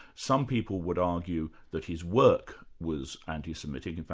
some people would argue that his work was anti-semitic. and